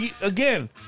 Again